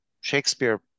Shakespeare